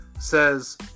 says